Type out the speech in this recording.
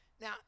Now